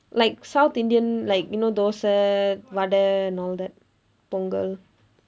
like south indian like you know dosa vada and all that pongal